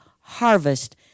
harvest